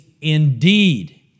indeed